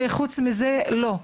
וחוץ מזה לא עושים,